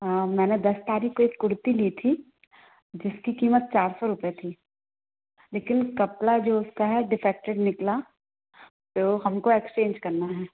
हाँ मैंने दस तारीख़ को एक कुर्ती ली थी जिसकी कीमत चार सौ रुपये थी लेकिन कपड़ा जो उसका है डिफेक्टेड निकला तो हम को एक्सचेंज करना है